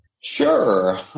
Sure